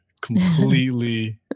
completely